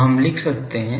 तो हम लिख सकते हैं